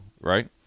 right